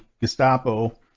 Gestapo